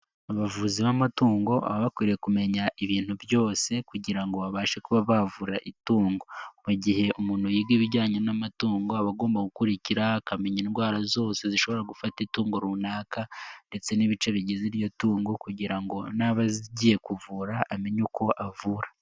Abavuzi b'amatungo baba bakwiriye kumenya ibintu byose kugira ngo babashe kuba bavura itungo, mu gihe umuntu yiga ibijyanye n'amatungo aba agomba gukurikira akamenya indwara zose zishobora gufata itungo runaka ndetse n'ibice bigize iryo tungo kugira ngo naba agiye kuvura amenye uko avura.